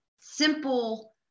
simple